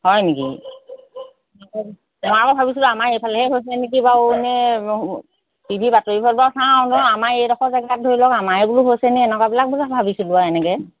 হয় নেকি মই আকৌ ভাবিছিলোঁ আমাৰ এইফালেহে হৈছে নেকি বাৰু এনেই টি ভি বাতৰিবিলাক বাৰু চাওঁ ন আমাৰ এইডোখৰ জেগাত ধৰি লওক আমাৰে বোলো হৈছে নে এনেকোৱাবিলাক বোলো ভাবিছিলোঁ আৰু এনেকৈ